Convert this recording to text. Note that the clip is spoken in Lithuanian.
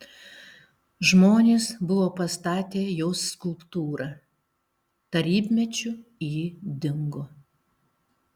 žmonės buvo pastatę jos skulptūrą tarybmečiu ji dingo